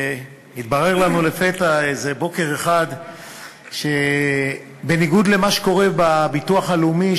והתברר לנו לפתע איזה בוקר אחד שבניגוד למה שקורה בביטוח הלאומי,